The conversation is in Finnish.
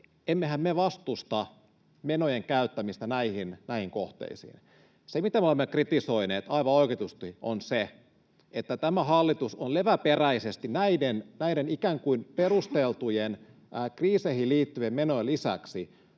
emmehän me vastusta menojen käyttämistä näihin kohteisiin. Se, mitä me olemme kritisoineet, aivan oikeutetusti, on se, että tämä hallitus on leväperäisesti näiden, ikään kuin perusteltujen, kriiseihin liittyvien menojen lisäksi